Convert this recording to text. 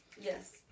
Yes